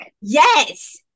Yes